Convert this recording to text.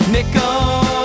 Nickel